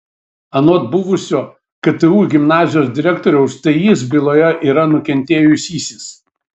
anot buvusio ktu gimnazijos direktoriaus tai jis byloje yra nukentėjusysis